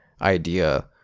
idea